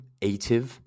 ative